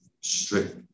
strict